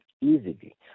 easily